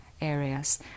areas